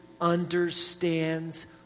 understands